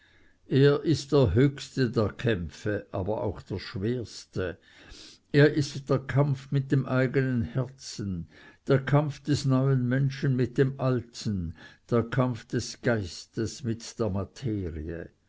er ist der höchste der kämpfe aber auch der schwerste es ist der kampf mit dem eigenen herzen der kampf des neuen menschen mit dem alten der kampf des geistes mit der materie